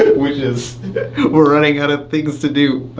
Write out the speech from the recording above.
which is we're running out of things to do.